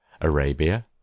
Arabia